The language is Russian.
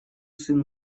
сын